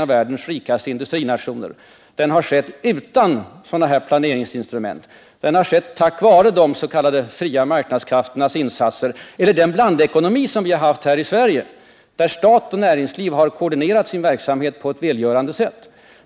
av världens rikaste industrinationer, har skett utan sådana här planeringsinstrument. Det har skett tack vare de s.k. fria marknadskrafternas insatser eller, om man så vill, den blandekonomi som vi har haft i Sverige, där stat och näringsliv har koordinerat sin verksamhet på ett välgörande sätt.